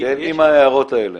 עם ההערות האלה.